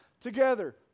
together